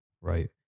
right